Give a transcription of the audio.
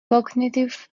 cognitive